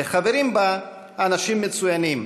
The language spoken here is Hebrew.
וחברים בה אנשים מצוינים.